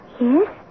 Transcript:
Yes